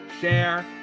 share